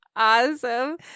Awesome